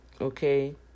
okay